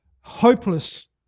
hopeless